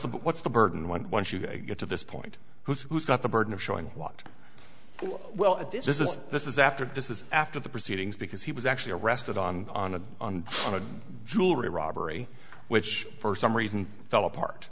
the what's the burden when once you get to this point who's got the burden of showing what well this is this is after this is after the proceedings because he was actually arrested on on a on a jewelry robbery which for some reason fell apart